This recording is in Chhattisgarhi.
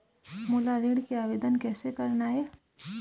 मोला ऋण के आवेदन कैसे करना हे?